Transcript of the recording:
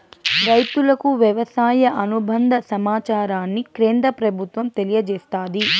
రైతులకు వ్యవసాయ అనుబంద సమాచారాన్ని కేంద్ర ప్రభుత్వం తెలియచేస్తాది